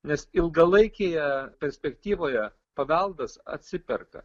nes ilgalaikėje perspektyvoje paveldas atsiperka